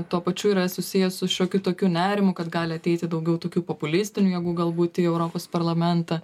tuo pačiu yra susiję su šiokiu tokiu nerimu kad gali ateiti daugiau tokių populistinių jėgų galbūt į europos parlamentą